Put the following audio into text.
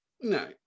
no